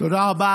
תודה רבה